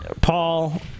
Paul